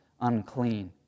unclean